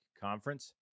Conference